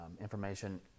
information